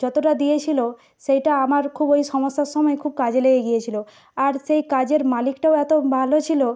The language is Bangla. যতটা দিয়েছিল সেইটা আমার খুব ওই সমস্যার সময় খুব কাজে লেগে গিয়েছিল আর সেই কাজের মালিকটাও এতো ভালো ছিল